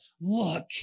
look